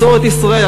מסורת ישראל,